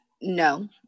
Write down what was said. no